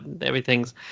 everything's